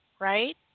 right